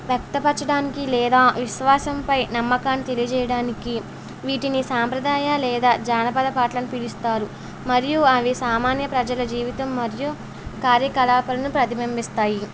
వ్యక్తపరచడానికి లేదా విశ్వాసంపై నమ్మకాన్ని తెలియజేయడానికి వీటిని సాంప్రదాయ లేదా జానపద పాటలని పిలుస్తారు మరియు అవి సామాన్య ప్రజల జీవితం మరియు కార్యకలాపాలను ప్రతిబింబిస్తాయి